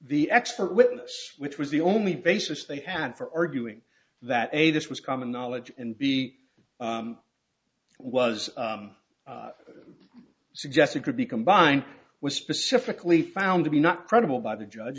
the expert witness which was the only basis they had for arguing that a this was common knowledge and b was suggests it could be combined was specifically found to be not credible by the judge